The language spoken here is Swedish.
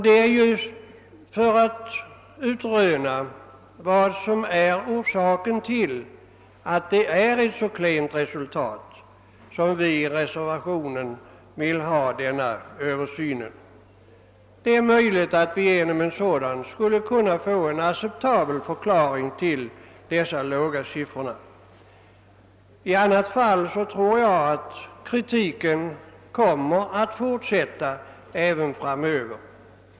Det är för att utröna orsaken till detta som vi reservanter önskar den här översynen. Det är möjligt att vi genom en sådan skulle kunna få en acceptabel förklaring till de låga siffrorna. I annat fall tror jag att kritiken kommer att fortsätta även framdeles.